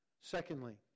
Secondly